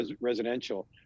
residential